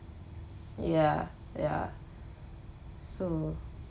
ya ya so